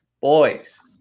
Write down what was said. Boys